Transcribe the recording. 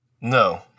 No